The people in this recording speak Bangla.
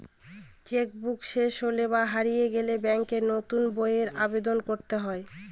চেক বুক শেষ হলে বা হারিয়ে গেলে ব্যাঙ্কে নতুন বইয়ের আবেদন করতে হয়